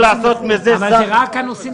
זה רק על נוסעים